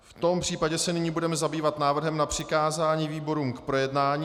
V tom případě se nyní budeme zabývat návrhem na přikázání výborům k projednání.